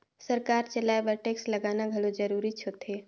सरकार चलाए बर टेक्स लगाना घलो जरूरीच होथे